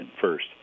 first